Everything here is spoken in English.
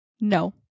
No